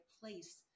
place